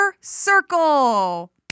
Circle